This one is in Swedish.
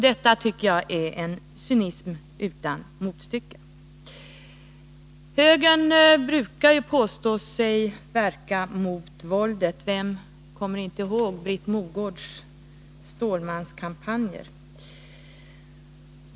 Detta tycker jag är en cynism som saknar motstycke. Högern brukar påstå sig verka mot våldet — vem kommer inte ihåg Britt Mogårds Stålmanskampanjer?